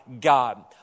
God